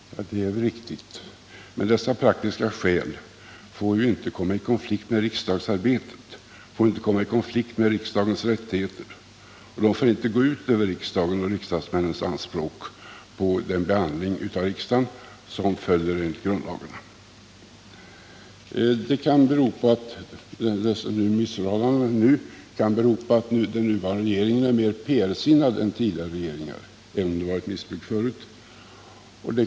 Det är nog riktigt, men dessa praktiska skäl får ju inte komma i konflikt med riksdagsarbetet och med riksdagens rättigheter, och de får inte gå ut över riksdagen och riksdagsmännens anspråk på den behandling av riksdagen som följer enligt grundlagarna. Dessa missförhållanden kan bero på att den nuvarande regeringen är mer PR-sinnad än tidigare regeringar, även om det förut förekommit missbruk.